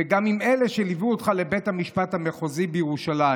וגם עם אלה שליוו אותך לבית המשפט המחוזי בירושלים,